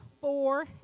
four